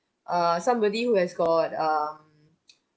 err somebody who has got uh